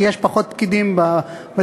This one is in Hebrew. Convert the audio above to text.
כי יש פחות פקידים בדלפקים.